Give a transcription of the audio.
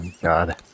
God